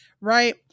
right